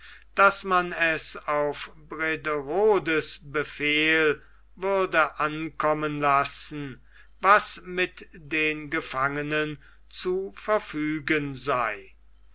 daß man es auf brederodes befehl würde ankommen lassen was mit den gefangenen zu verfügen sei